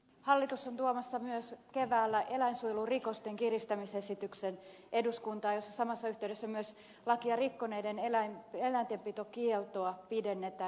hallitus on tuomassa myös keväällä eläinsuojelurikosten kiristämisesityksen eduskuntaan jossa samassa yhteydessä myös lakia rikkoneiden eläintenpitokieltoa pidennetään